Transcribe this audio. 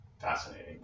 fascinating